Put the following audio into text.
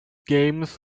games